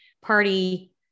party